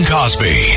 Cosby